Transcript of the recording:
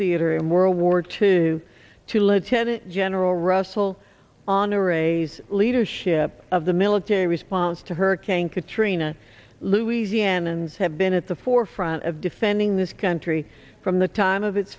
theater in world war two to lieutenant general russel honore raise leadership of the military response to hurricane katrina louisianans have been at the forefront of defending this country from the time of its